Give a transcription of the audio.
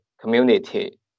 community